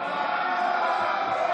הציעו לו להיות שר ההתיישבות,